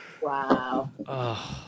Wow